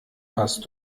hast